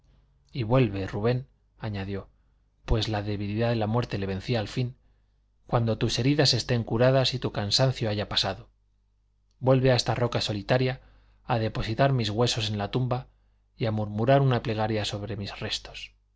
y vuelve rubén añadió pues la debilidad de la muerte le vencía al fin cuando tus heridas estén curadas y tu cansancio haya pasado vuelve a esta roca solitaria a depositar mis huesos en la tumba y a murmurar una plegaria sobre mis restos